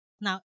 Now